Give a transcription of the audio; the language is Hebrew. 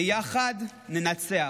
ביחד ננצח.